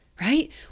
right